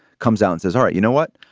comes out and says, all right, you know what,